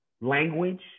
language